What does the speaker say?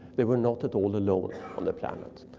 they were not at all alone on the planet.